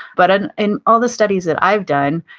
but ah in all the studies that i've done,